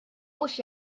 mhux